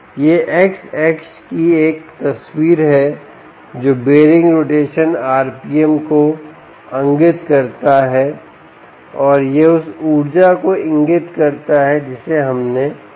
यह X अक्ष की एक तस्वीर है जो बीयररिंग रोटेशन RPM को इंगित करता है और यह उस ऊर्जा को इंगित करता है जिसे हमने काटा